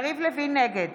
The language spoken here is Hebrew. נגד